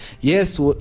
Yes